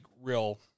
real